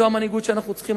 זו המנהיגות שאנחנו צריכים,